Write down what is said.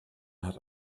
hat